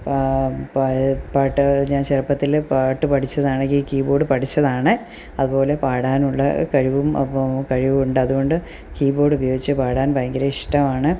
പാ പയെ പാട്ടു ഞാൻ ചെറുപ്പത്തിൽ പാട്ടു പഠിച്ചതാണ് എനിക്കീ കീബോഡ് പഠിച്ചതാണ് അപ്പം അതു പോലെ പാടാനുള്ള കഴിവും അപ്പോഴും കഴിവുണ്ട് അതുകൊണ്ട് കീബോഡ് ഉപയോഗിച്ച് പാടാൻ ഭയങ്കര ഇഷ്ടമാണ്